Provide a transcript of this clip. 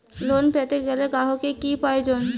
Loan পেতে গেলে গ্রাহকের কি প্রয়োজন?